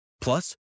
Plus